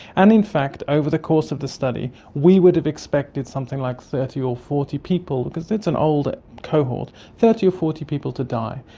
and in fact over the course of the study we would have expected something like thirty or forty people, because it's an old cohort, thirty or forty people to die.